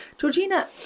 Georgina